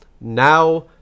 now